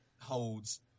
holds